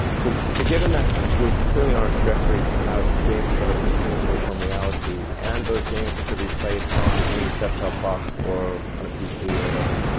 so so given that we're clearly on our trajectory to have games that are indistinguishable from reality and those games could be played on any set top box or on a pc or whatever.